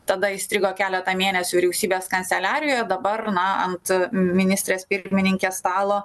tada įstrigo keletą mėnesių vyriausybės kanceliarijoje dabar na ant ministrės pirmininkės stalo